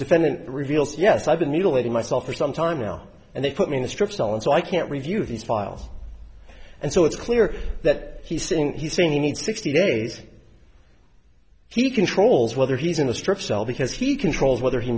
defendant reveals yes i've been mutilated myself for some time now and they put me in a strip cell and so i can't review these files and so it's clear that he's saying he's saying he needs sixty days he controls whether he's in a strip cell because he controls whether he